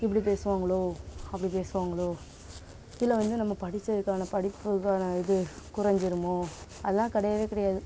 இப்படி பேசுவாங்களோ அப்படி பேசுவாங்களோ இல்லை வந்து நம்ம படித்ததுக்கான படிப்பு இது குறைஞ்சிருமோ அதுதான் கிடையவே கிடையாது